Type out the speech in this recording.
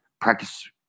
practice